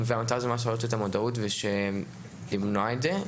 המטרה היא להעלות את המודעות ולמנוע את זה.